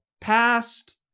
past